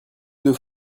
deux